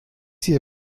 hier